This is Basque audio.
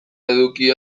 eduki